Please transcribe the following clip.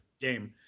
game